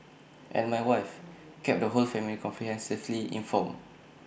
and my wife kept the whole family comprehensively informed